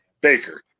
Baker